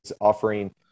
offering